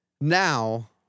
Now